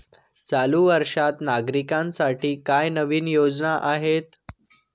चालू वर्षात नागरिकांसाठी काय नवीन योजना आहेत?